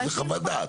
וזה חוות דעת.